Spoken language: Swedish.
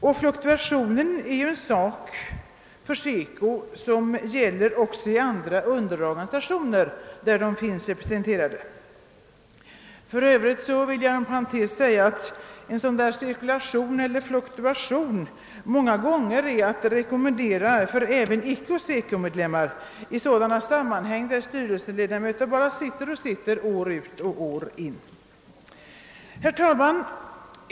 Och fluktuationen är ju en sak som också finns inom andra underorganisationer där SECO har representation. För övrigt vill jag inom parentes säga, att en sådan cirkulation eller fluktuation många gånger är att rekommendera för även icke SECO medlemmar i sådana sammanhang där styrelseledamöter bara sitter och sitter år ut och år in.